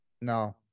no